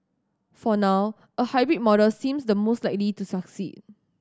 for now a hybrid model seems the most likely to succeed